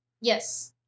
Yes